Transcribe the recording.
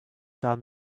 down